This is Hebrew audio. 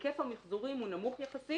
היקף המיחזורים הוא נמוך יחסית.